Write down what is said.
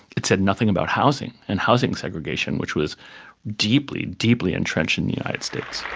it said nothing about housing and housing segregation, which was deeply, deeply entrenched in the united states.